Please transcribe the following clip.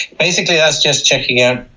basically, that's just checking out,